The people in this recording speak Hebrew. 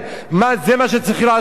אבל להראות את זה קבל עם ועדה,